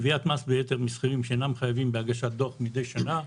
גביית מס ביתר משכירים שאינם חייבים בהגשת דוח מדי שנה,